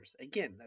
Again